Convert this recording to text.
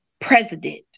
president